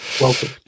Welcome